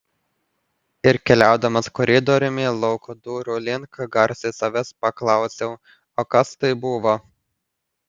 ir keliaudamas koridoriumi lauko durų link garsiai savęs paklausiau o kas tai buvo